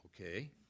Okay